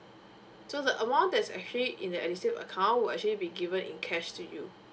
so the amount that is actually in the edusave account will actually be given in cash to you